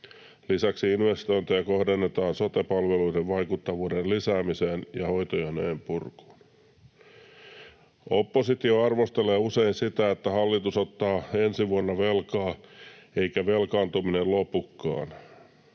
Lisäksi investointeja kohdennetaan sote-palveluiden vaikuttavuuden lisäämiseen ja hoitojonojen purkuun. Oppositio arvostelee usein sitä, että hallitus ottaa ensi vuonna velkaa eikä velkaantuminen lopukaan.